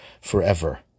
forever